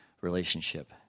relationship